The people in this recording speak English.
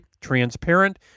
Transparent